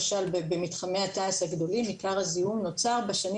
במתחמי התע"ש הגדולים עיקר הזיהום נוצר בשנים